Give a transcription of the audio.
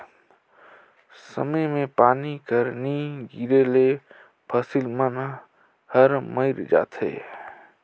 समे मे पानी कर नी गिरे ले फसिल मन हर मइर जाथे